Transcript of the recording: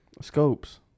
Scopes